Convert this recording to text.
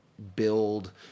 Build